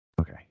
okay